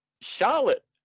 Charlotte